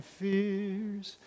fears